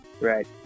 Right